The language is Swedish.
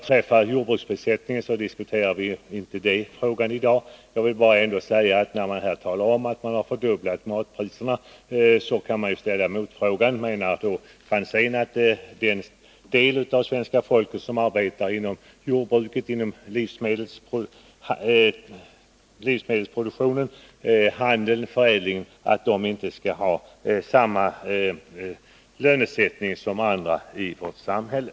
Frågan om jordbruksprissättningen diskuterar vi inte i dag, men jag vill ändå till talet om att matpriserna har fördubblats ställa motfrågan: Menar Tommy Franzén att den del av svenska folket som arbetar inom jordbruket — i livsmedelsproduktion, handel och förädling — inte skall ha samma lönesättning som andra i vårt samhälle?